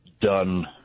done